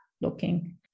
looking